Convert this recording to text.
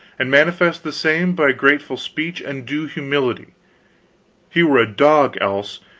and manifest the same by grateful speech and due humility he were a dog, else,